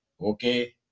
Okay